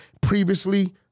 previously